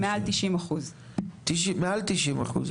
מעל 90%. מעל 90%?